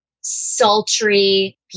sultry